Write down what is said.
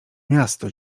miasto